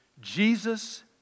Jesus